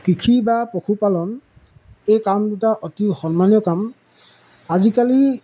কৃষি বা পশুপালন এই কাম দুটা অতি সন্মানীয় কাম আজিকালি